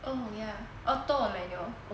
oh ya auto or manual